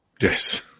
Yes